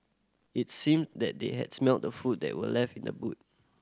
it seemed that they had smelt the food that were left in the boot